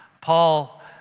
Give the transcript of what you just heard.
Paul